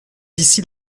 d’ici